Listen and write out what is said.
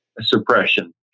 suppression